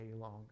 longer